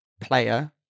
player